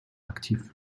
aktiv